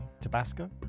Tabasco